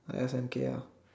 F and K ah